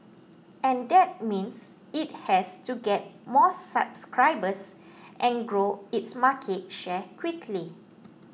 and that means it has to get more subscribers and grow its market share quickly